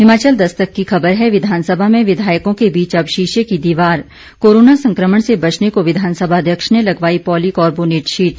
हिमाचल दस्तक की खबर है विधानसभा में विधायकों के बीच अब शीशे की दीवार कोरोना संक्रमण से बचने को विधानसभा अध्यक्ष ने लगवाई पॉली कोर्बोनेट शीट